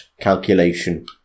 calculation